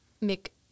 make